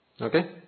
Okay